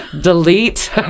Delete